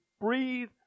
breathe